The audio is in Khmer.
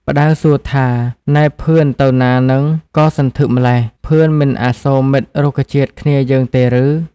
ផ្ដៅសួរថា នែភឿនទៅណាហ្នឹងក៏សន្ធឹកម្ល៉េះ ភឿនមិនអាសូរមិត្តរុក្ខជាតិគ្នាយើងទេឬ ?។